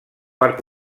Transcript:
part